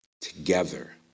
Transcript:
together